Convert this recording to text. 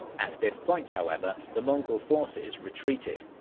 at this point however, the mongol forces retreated.